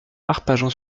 arpajon